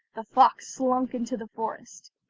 the fox slunk into the forest.